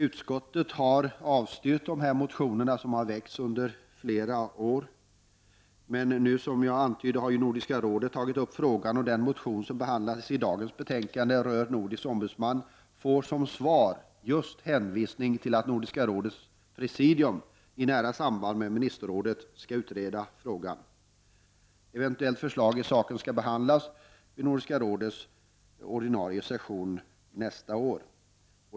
Utskottet har avstyrkt de motioner som väckts under flera år, men som jag antytt har Nordiska rådet nu tagit upp frågan. Den motion rörande en nordisk ombudsman som behandlas i dagens betänkande får som svar just hänvisning till att Nordiska rådets presidium, i nära samarbete med ministerrådet, skall utreda frågan. Eventuellt förslag i saken skall behandlas vid Nordiska rådets ordinarie session nästa år.